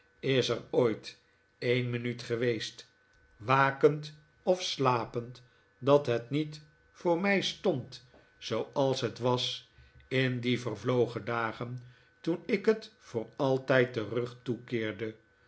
is er ooit een minuut geweest wakend of slapend dat het niet voor mij stond zooals het was in die vervlogen dagen toen ik het voor altijd den rug toekeerde